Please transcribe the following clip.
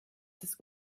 das